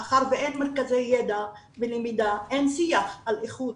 מאחר שאין מרכזי ידע ולמידה אין שיח על איכות